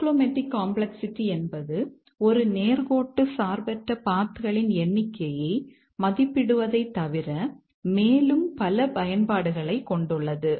cyclomatic complexity களின் எண்ணிக்கையை மதிப்பிடுவதைத் தவிர மேலும் பல பயன்பாடுகளைக் கொண்டுள்ளது